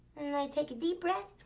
and i take a deep breath.